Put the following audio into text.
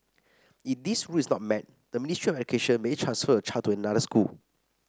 if this rule is not met the Ministry of Education may transfer your child to another school